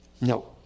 No